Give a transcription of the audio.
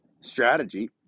strategy